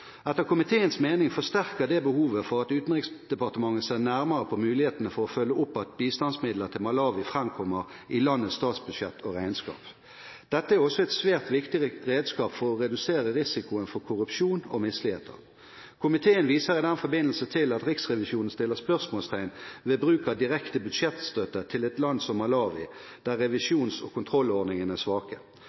Etter komiteens mening forsterker det behovet for at Utenriksdepartementet ser nærmere på mulighetene for å følge opp at bistandsmidler til Malawi fremkommer i landets statsbudsjett og regnskap. Dette er også et svært viktig redskap for å redusere risikoen for korrupsjon og misligheter. Komiteen viser i den forbindelse til at Riksrevisjonen setter spørsmålstegn ved bruk av direkte budsjettstøtte til et land som Malawi, der revisjons- og kontrollordningene er svake.